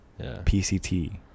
PCT